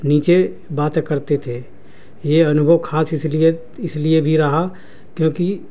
نیچے باتیں کرتے تھے یہ انوبھو خاص اس لیے اس لیے بھی رہا کیونکہ